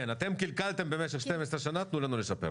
כן, אתם קלקלתם במשך 12 שנה, תנו לנו לשפר.